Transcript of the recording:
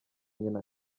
nyina